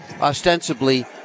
ostensibly